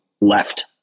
left